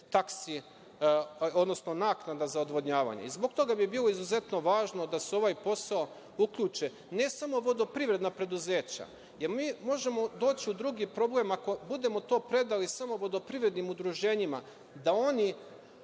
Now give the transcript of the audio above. taksi, odnosno naknada za odvodnjavanje. Zbog toga bi bilo izuzetno važno da se u ovaj posao uključe ne samo vodoprivredna preduzeća, jer mi možemo doći u drugi problem ako budemo to predali samo vodoprivrednim udruženjima, da oni